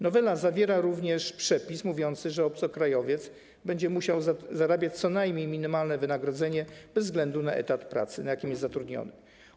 Nowela zawiera także przepis mówiący o tym, że obcokrajowiec będzie musiał otrzymywać co najmniej minimalne wynagrodzenie bez względu na etat pracy, na jakim jest zatrudniony.